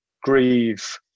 grieve